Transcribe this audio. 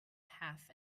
half